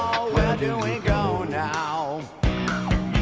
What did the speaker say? oh, where do we go now?